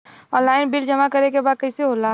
Online bill जमा करे के बा कईसे होगा?